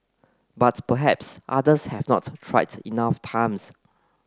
but perhaps others have not tried enough times